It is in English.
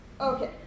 Okay